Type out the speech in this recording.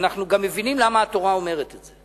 וגם מבינים למה התורה אומרת את זה.